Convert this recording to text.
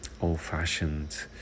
old-fashioned